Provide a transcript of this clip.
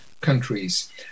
countries